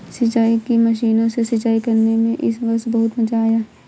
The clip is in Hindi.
सिंचाई की मशीनों से सिंचाई करने में इस वर्ष बहुत मजा आया